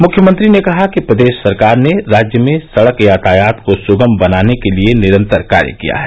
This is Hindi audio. मुख्यमंत्री ने कहा कि प्रदेश सरकार ने राज्य में सड़क यातायात को सुगम बनाने के लिए निरंतर कार्य किया है